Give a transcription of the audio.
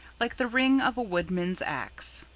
like the ring of a woodman's axe.